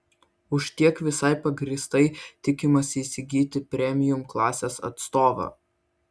už tiek visai pagrįstai tikimasi įsigyti premium klasės atstovą